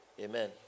Amen